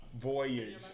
voyage